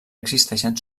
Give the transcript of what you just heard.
existeixen